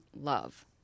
love